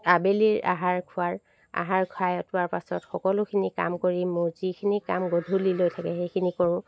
আবেলিৰ আহাৰ খোৱাৰ আহাৰ খাই এটোৱাৰ পাছত সকলোখিনি কাম কৰি মোৰ যিখিনি কাম গধূলিলৈ থাকে সেইখিনি কৰো